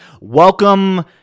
Welcome